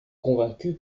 convaincu